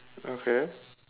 okay